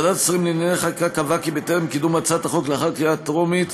ועדת השרים קבעה כי טרם קידום הצעת החוק לאחר הקריאה הטרומית,